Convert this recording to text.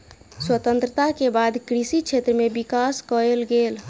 स्वतंत्रता के बाद कृषि क्षेत्र में विकास कएल गेल